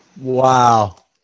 Wow